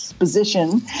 position